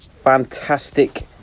fantastic